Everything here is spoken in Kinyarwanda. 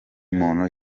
muntu